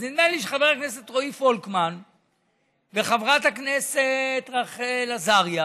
אז נדמה לי שחבר הכנסת רועי פולקמן וחברת הכנסת רחל עזריה